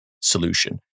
solution